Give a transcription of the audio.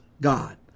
God